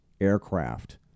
aircraft